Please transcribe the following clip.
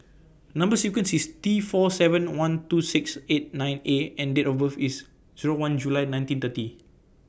Number sequence IS T four seven one two six eight nine A and Date of birth IS Zero one July nineteen thirty